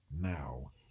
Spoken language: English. Now